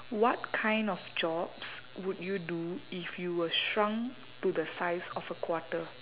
what kind of jobs would you do if you were shrunk to the size of a quarter